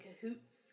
cahoots